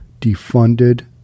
defunded